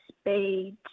speed